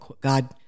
God